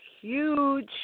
huge